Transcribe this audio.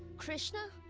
krishna?